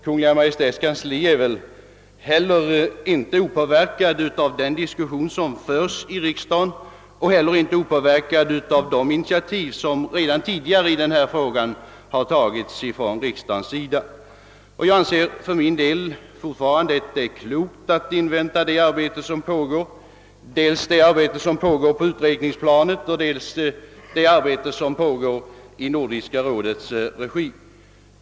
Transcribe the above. Kungl. Maj:ts kansli har väl heller inte blivit opåverkat av den diskussion som förs i riksdagen och är väl heller inte opåverkat av de initiativ som redan tidigare tagits från riksdagens sida i denna fråga. För min del anser jag därför fortfarande att det är klokt att invänta dels det arbete som pågår på utredningsplanet och dels det arbete som pågår i Nordiska rådets regi.